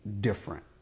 different